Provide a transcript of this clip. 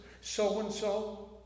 so-and-so